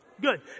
Good